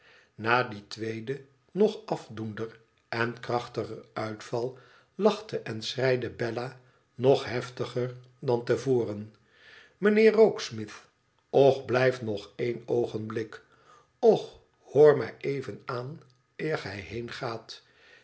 na dien tweeden nog afdoender en krachtiger uitval lachte en schreide bella nog heftiger dan te voren mijnheer rokesmith och blijf nog één oogenblik och hoor mij even aan eer gij